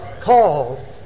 called